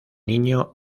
niño